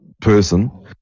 person